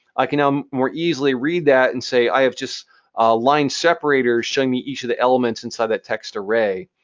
i can now um more easily read that and say, i have just line separators showing me each of the elements inside that text array.